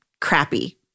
crappy